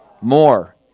more